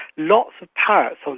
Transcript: lots of parrots, so